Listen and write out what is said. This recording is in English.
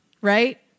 right